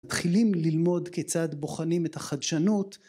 מתחילים ללמוד כיצד בוחנים את החדשנות